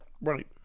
Right